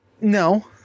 No